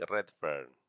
Redfern